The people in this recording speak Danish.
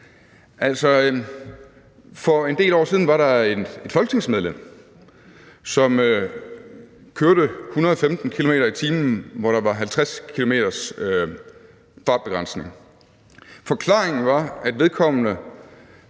For en del år siden var der et folketingsmedlem, som kørte 115 km/t., hvor der var en fartbegrænsning på 50 km/t. Forklaringen var, at vedkommende